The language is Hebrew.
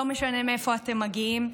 לא משנה מאיפה אתם מגיעים.